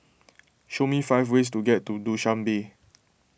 show me five ways to get to Dushanbe